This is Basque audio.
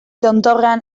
tontorrean